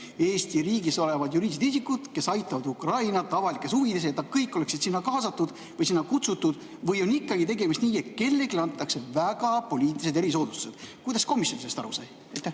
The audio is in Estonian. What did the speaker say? Eesti riigis olevad juriidilised isikud, kes aitavad Ukrainat avalikes huvides, oleksid sinna kaasatud või sinna kutsutud? Või on ikkagi nii, et kellelegi antakse väga poliitilised erisoodustused? Kuidas komisjon sellest aru sai?